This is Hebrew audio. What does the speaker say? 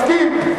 אני מסכים.